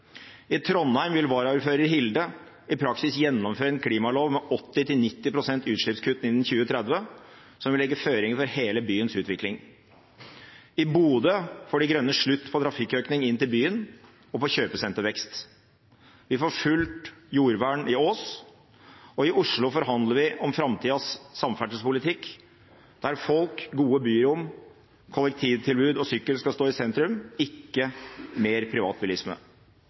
I Trondheim vil varaordfører Hilde i praksis gjennomføre en klimalov med 80–90 pst. utslippskutt innen 2030 som vil legge føringer for hele byens utvikling. I Bodø får De Grønne slutt på trafikkøkningen inn til byen og på kjøpesentervekst. Vi får fullt jordvern i Ås, og i Oslo forhandler vi om framtidas samferdselspolitikk, der folk, gode byrom, kollektivtilbud og sykkel skal stå i sentrum – ikke mer privatbilisme.